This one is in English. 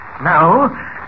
Now